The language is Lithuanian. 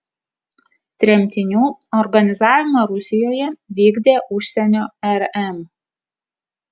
tremtinių organizavimą rusijoje vykdė užsienio rm